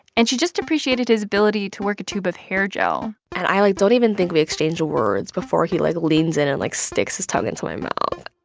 and she just appreciated his ability to work a tube of hair gel l and i, like, don't even think we exchanged words before he, like, leans in and, like, sticks his tongue into my mouth.